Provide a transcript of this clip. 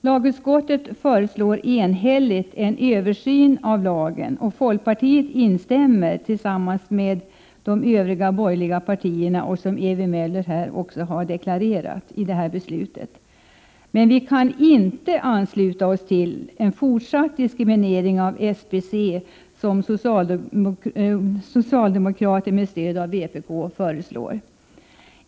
Lagutskottet föreslår enhälligt en översyn av lagen, och folkpartiet deltar alltså härvidlag tillsammans med de övriga borgerliga partierna, som Ewy Möller nyss har deklarerat. Vi kan inte ansluta oss till en fortsatt diskriminering av SBC som socialdemokraterna med stöd av vpk föreslår.